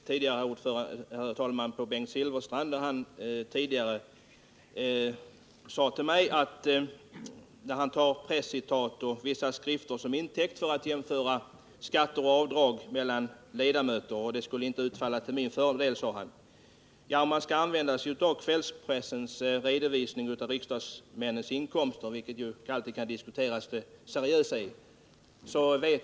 Herr talman! Jag begärde tidigare ordet för replik till Bengt Silfverstrand, när han sade till mig att han tar presscitat och vissa andra skriverier som intäkt för att jämföra ledamöters skatter och avdrag och att detta inte skulle utfalla till min fördel. Ja, skall man använda kvällspressens redovisning av riksdagsmännens inkomster — det seriösa i detta kan ju alltid diskuteras?